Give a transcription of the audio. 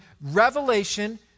Revelation